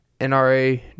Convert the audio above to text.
NRA